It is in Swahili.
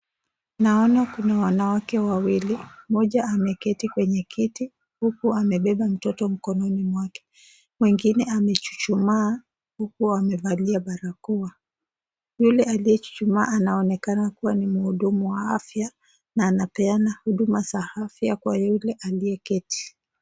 Naona kuna wanawake wawili. Mmoja ameketi kwenye kiti huku amebeba mtoto mkononi mwake. Mwingine amechuchumaa huku amevalia barakoa. Yule aliyechuchumaa anaonekana kuwa ni mhudumu wa afya na anapeana huduma za afya kwa yule aliyeketi.